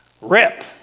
rip